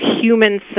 human